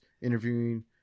interviewing